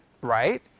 right